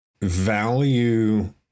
value